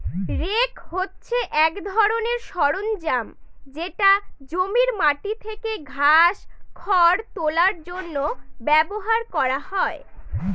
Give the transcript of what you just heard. rake হছে এক ধরনের সরঞ্জাম যেটা জমির মাটি থেকে ঘাস, খড় তোলার জন্য ব্যবহার করা হয়